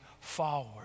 forward